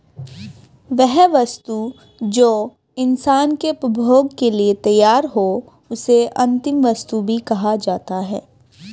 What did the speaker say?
वह वस्तु जो इंसान के उपभोग के लिए तैयार हो उसे अंतिम वस्तु भी कहा जाता है